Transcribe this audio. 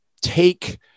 take